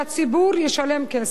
הציבור ישלם כסף.